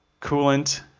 coolant